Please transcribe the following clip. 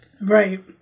Right